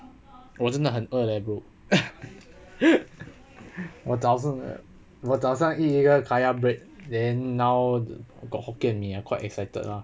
我真的很饿 leh bro 我早上我早上 eat 一个 kaya bread then now got hokkien mee I quite excited lah